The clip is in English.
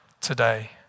today